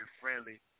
friendly